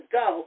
go